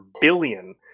billion